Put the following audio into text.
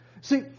See